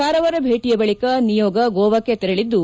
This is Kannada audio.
ಕಾರವಾರ ಭೇಟಿಯ ಬಳಿಕ ನಿಯೋಗ ಗೋವಾಕ್ಕೆ ತೆರಳಿದ್ದು